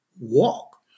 walk